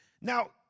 Now